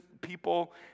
people